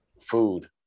food